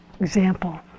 example